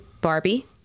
Barbie